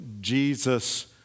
Jesus